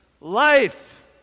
life